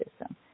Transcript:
system